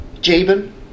Jabin